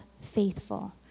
faithful